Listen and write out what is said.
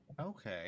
Okay